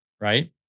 right